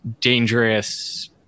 dangerous